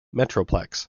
metroplex